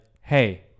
hey